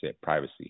privacy